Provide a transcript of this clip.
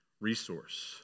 resource